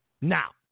Now